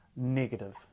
negative